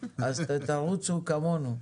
אז תרוצו כמונו,